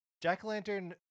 jack-o'-lantern